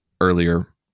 earlier